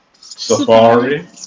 Safari